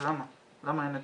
למה אין נתונים?